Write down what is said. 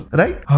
right